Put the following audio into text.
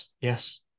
yes